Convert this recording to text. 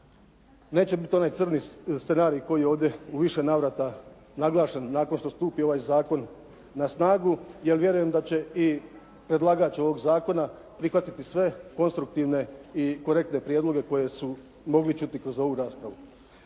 neće biti onaj crni scenarij kao i ovdje u više navrata naglašen, nakon što stupi ovaj zakon na snagu, jer vjerujem da će i predlagač ovog zakona prihvatiti sve konstruktivne i korektne prijedloge koje su mogli čuti kroz ovu raspravu.